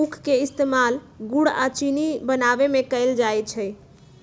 उख के इस्तेमाल गुड़ आ चिन्नी बनावे में कएल जाई छई